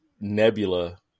Nebula